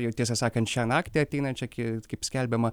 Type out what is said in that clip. jau tiesą sakant šią naktį ateinančią ki kaip skelbiama